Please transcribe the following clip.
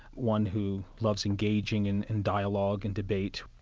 one who loves engaging in in dialogue and debate.